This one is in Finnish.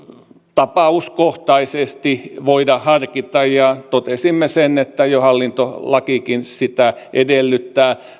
tapauskohtaisesti voida harkita ja totesimme sen että jo hallintolakikin sitä edellyttää